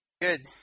Good